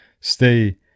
Stay